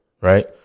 right